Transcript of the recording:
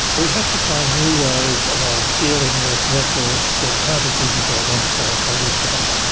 we have to find new ways of dealing with records that aren't as easy to identify as they used to be.